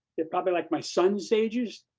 they're probably like my son's ages.